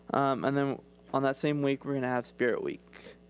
and then on that same week, we're gonna have spirit week.